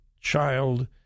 child